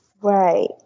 right